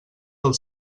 del